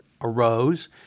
arose